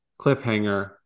Cliffhanger